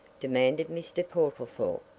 demanded mr. portlethorpe.